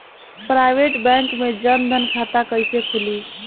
Private bank मे जन धन खाता कैसे खुली?